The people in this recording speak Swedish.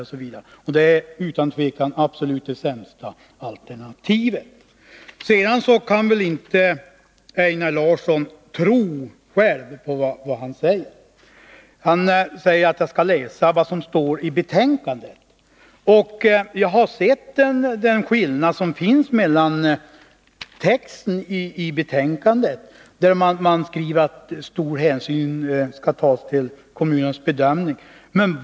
Det här är alltså utan tvivel det absolut sämsta alternativet. Så till frågan om att hänsyn skall tas till kommunens bedömning. Einar Larsson kan väl ändå inte själv tro på vad han säger. Han ber mig läsa vad som står i betänkandet. Det har jag gjort, och jag har noterat den skillnad som finns mellan texten i betänkandet, där man skriver att stor hänsyn skall tas till kommunens bedömning, och själva lagtexten.